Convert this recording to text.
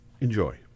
Enjoy